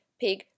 pig